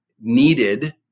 needed